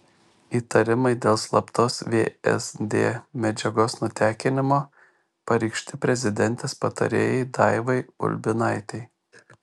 įtarimai dėl slaptos vsd medžiagos nutekinimo pareikšti prezidentės patarėjai daivai ulbinaitei